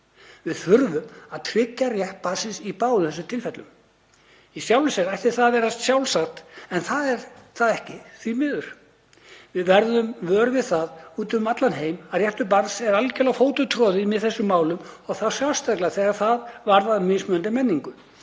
Við þurfum að tryggja rétt barnsins í báðum þessum tilfellum. Í sjálfu sér ætti það að vera sjálfsagt en það er það ekki, því miður. Við verðum vör við það út um allan heim að réttur barnsins er algerlega fótum troðinn í þessum málum og þá sérstaklega þegar það varðar mismunandi menningu.